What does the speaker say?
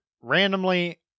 randomly